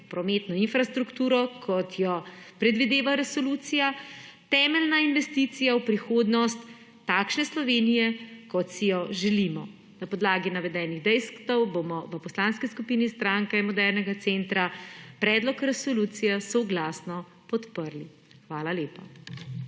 prometno infrastrukturo kot jo predvideva resolucija temeljna investicija v prihodnost takšne Slovenije kot si jo želimo. Na podlagi navedenih dejstev bomo v Poslanski skupini Stranke modernega centra predlog resolucije soglasno podprli. Hvala lepa.